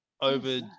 over